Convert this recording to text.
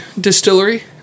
Distillery